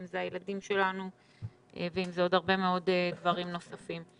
אם זה הילדים שלנו ואם זה עוד הרבה מאוד תחומים נוספים.